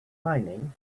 mining